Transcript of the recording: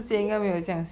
yeah